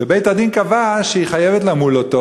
ובית-הדין קבע שהיא חייבת למול אותו,